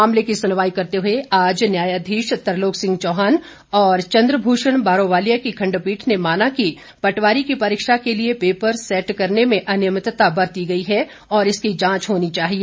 मामले की सुनवाई करते हुए आज न्यायाधीश तरलोक सिंह चौहान और चंद्र भूषण बारोवालिया की खंडपीठ ने माना की पटवारी की परीक्षा के लिए पेपर सेट करने में अनियमितता बरती गई है और इसकी जांच होनी चाहिए